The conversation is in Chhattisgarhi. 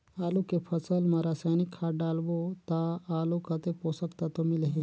आलू के फसल मा रसायनिक खाद डालबो ता आलू कतेक पोषक तत्व मिलही?